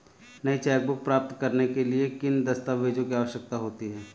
नई चेकबुक प्राप्त करने के लिए किन दस्तावेज़ों की आवश्यकता होती है?